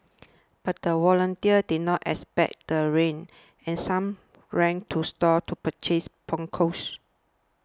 but the volunteers did not expect the rain and some ran to stores to purchase ponchos